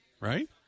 right